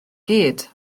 gyd